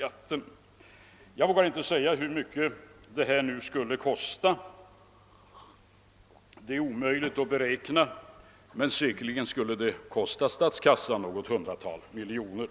Jag vågar emellertid inte ange hur mycket detta skulle kosta. Det är omöjligt att beräkna. Men helt säkert skulle det kosta statskassan något hundratal miljoner.